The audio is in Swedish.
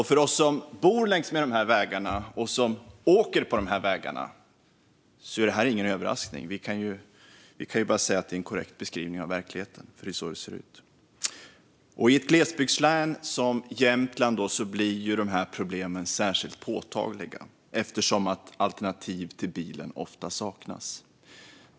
För oss som bor längs med dessa vägar och åker på dem är detta ingen överraskning. Vi kan bara säga att det är en korrekt beskrivning av verkligheten, för det är så det ser ut. I ett glesbygdslän som Jämtland blir de här problemen särskilt påtagliga eftersom alternativ till bilen ofta saknas.